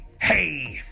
hey